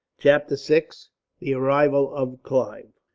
chapter six the arrival of clive.